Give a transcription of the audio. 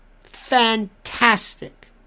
Fantastic